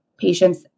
patients